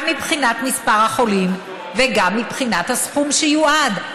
גם מבחינת מספר החולים וגם מבחינת הסכום שיועד.